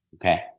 Okay